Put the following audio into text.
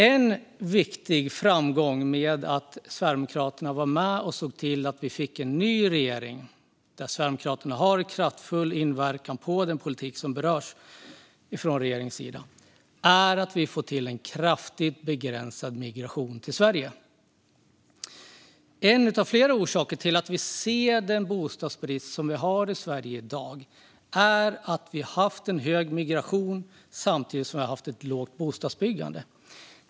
En viktig framgång är att Sverigedemokraterna var med och såg till att vi fick en ny regering där Sverigedemokraterna har en kraftfull inverkan på den politik som drivs från regeringens sida. Vi ser till att vi får en kraftigt minskad migration till Sverige. En av flera orsaker till att vi ser den bostadsbrist som vi har i Sverige i dag är att vi har haft en hög migration samtidigt som vi har haft ett lågt bostadsbyggande.